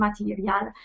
material